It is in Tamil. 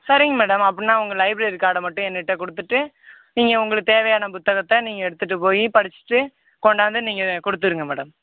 சரிங்க மேடம் அப்படினா உங்க லைப்ரரி கார்டை மட்டும் என்னட்ட கொடுத்துட்டு நீங்கள் உங்ளுக்கு தேவையான புத்தகத்தை நீங்கள் எடுத்துகிட்டு போய் படிச்சிட்டு கொண்டாந்து நீங்கள் கொடுத்துருங்க மேடம்